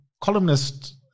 columnist